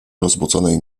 rozbudzonej